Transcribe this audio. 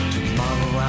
Tomorrow